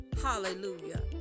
hallelujah